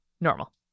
Normal